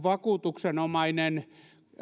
vakuutuksenomainen